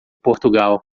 portugal